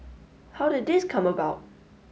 how did this come about